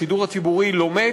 השידור הציבורי לא מת,